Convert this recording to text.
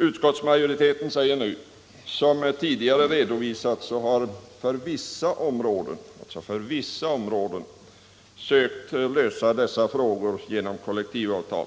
Utskottsmajoriteten säger nu: ”Som tidigare redovisats har man ——--— för vissa områden sökt lösa dessa frågor genom kollektivavtal.”